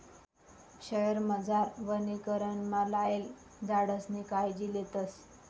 शयेरमझार वनीकरणमा लायेल झाडेसनी कायजी लेतस